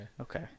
Okay